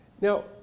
Now